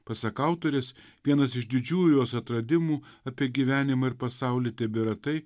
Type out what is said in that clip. pasak autorės vienas iš didžiųjų jos atradimų apie gyvenimą ir pasaulį tebėra tai